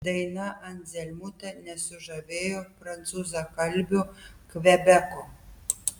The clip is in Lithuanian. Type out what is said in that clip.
daina anzelmutė nesužavėjo prancūzakalbio kvebeko